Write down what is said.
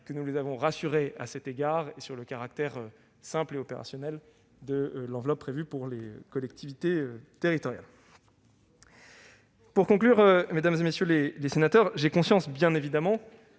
-que nous les avons rassurées à cet égard, notamment sur le caractère simple et opérationnel de l'enveloppe prévue pour les collectivités territoriales. Pour conclure, mesdames, messieurs les sénateurs, j'ai conscience que le déploiement